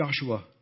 Joshua